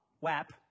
WAP